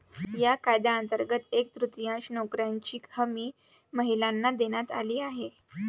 या कायद्यांतर्गत एक तृतीयांश नोकऱ्यांची हमी महिलांना देण्यात आली आहे